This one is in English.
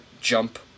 jump